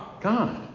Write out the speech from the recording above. God